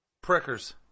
Prickers